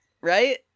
right